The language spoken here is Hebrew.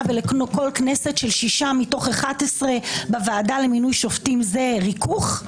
ולכל כנסת של שישה מתוך 11 בוועדה למינוי שופטים זה ריכוך,